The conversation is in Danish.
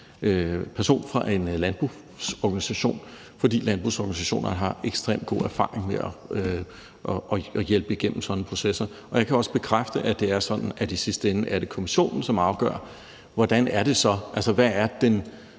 person fra en landbrugsorganisation, fordi landbrugsorganisationerne har ekstremt god erfaring med at hjælpe folk igennem sådanne processer. Og jeg kan også bekræfte, at det er sådan, at det i sidste ende er kommissionen, som afgør, hvad den rimelige omkostning, som der